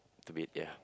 to bed ya